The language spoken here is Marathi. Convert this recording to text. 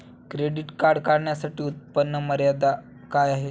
क्रेडिट कार्ड काढण्यासाठी उत्पन्न मर्यादा काय आहे?